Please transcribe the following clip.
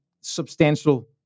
substantial